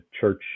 church